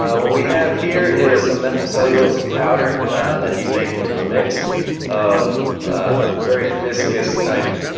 ah what we have here is a methylcellulose powder that you make into a mix of a very viscous type,